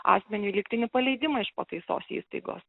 asmeniui lygtinį paleidimą iš pataisos įstaigos